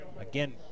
Again